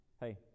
hey